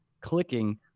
clicking